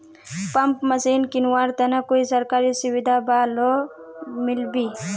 Pump machine किनवार तने कोई सरकारी सुविधा बा लव मिल्बी?